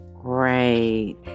Great